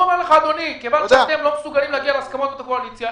הוא אומר לך: מכיוון שאתם לא מצליחים להגיע להסכמות בתוך הקואליציה,